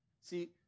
See